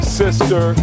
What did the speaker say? sister